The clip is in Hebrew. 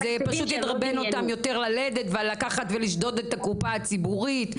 או ללדת זה פשוט ידרבן אותן ללדת יותר ולשדוד את הקופה הציבורית,